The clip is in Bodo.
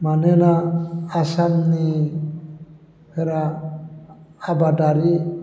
मानोना आसामनिफोरा आबादारि